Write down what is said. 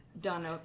done